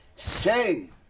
Say